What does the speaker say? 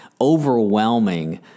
overwhelming